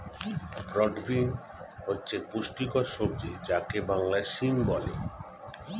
broad bean হচ্ছে পুষ্টিকর সবজি যাকে বাংলায় সিম বলে